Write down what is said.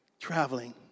traveling